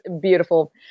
beautiful